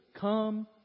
come